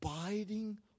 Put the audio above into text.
abiding